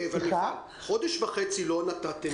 חודש וחצי לא נתתם את זה,